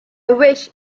wished